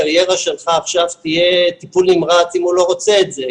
הקריירה שלך עכשיו תהיה טיפול נמרץ אם הוא לא רוצה את זה,